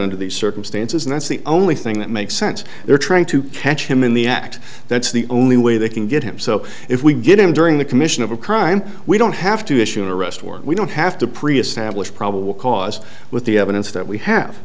under these circumstances and that's the only thing that makes sense they're trying to catch him in the act that's the only way they can get him so if we get him during the commission of a crime we don't have to issue an arrest warrant we don't have to pre established probable cause with the evidence that we have